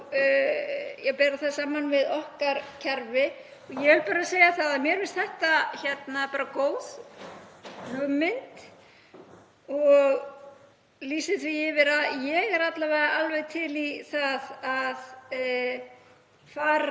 og bera það saman við okkar kerfi. Ég verð að segja það að mér finnst þetta bara góð hugmynd og lýsi því yfir að ég er alla vega alveg til í að fara